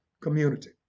community